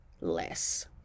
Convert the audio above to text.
less